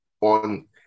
on